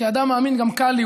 כאדם מאמין גם קל לי,